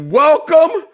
welcome